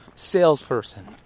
salesperson